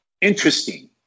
Interesting